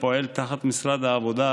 הפועל תחת משרד העבודה,